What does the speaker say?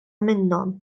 minnhom